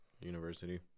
university